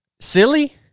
silly